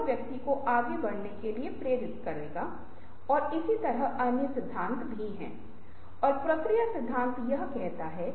और जलवायु बनाने की स्थापना भी महत्वपूर्ण है जहां आपसी विश्वास और आत्मविश्वास विकसित होता है